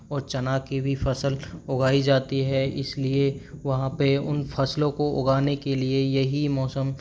और चना की भी फ़सल उगाई जाती है इसलिए वहाँ पे उन फ़सलों को उगाने के लिए यही मौसम